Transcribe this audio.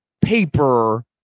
paper